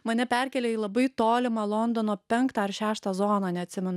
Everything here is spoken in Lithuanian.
mane perkėlė į labai tolimą londono penktą ar šeštą zoną neatsimenu